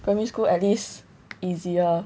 primary school st least easier